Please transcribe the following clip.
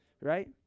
right